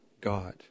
God